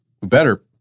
better